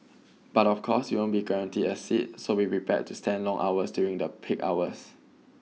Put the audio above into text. but of course you won't be guaranteed a seat so be prepared to stand long hours during the peak hours